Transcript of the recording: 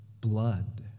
blood